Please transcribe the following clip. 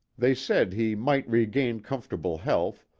they said he might re gain comfortable health,